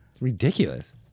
Ridiculous